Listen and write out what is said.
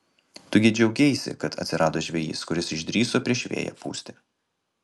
tu gi džiaugeisi kad atsirado žvejys kuris išdrįso prieš vėją pūsti